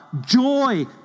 joy